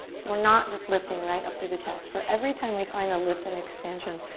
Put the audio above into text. so we're not just lifting right up through the chest. for every time we find a lift and expansion,